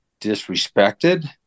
disrespected